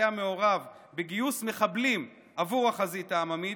הוא היה מעורב בגיוס מחבלים עבור החזית העממית,